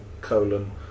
colon